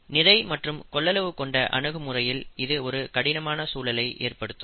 நிறை மற்றும் கொள்ளளவு கொண்ட அணுகுமுறையில் இது ஒரு கடினமான சூழலை ஏற்படுத்தும்